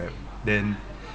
then